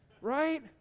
Right